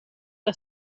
que